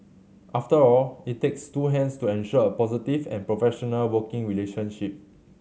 after all it takes two hands to ensure a positive and professional working relationship